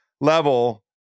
level